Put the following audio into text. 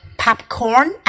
popcorn